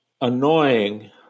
annoying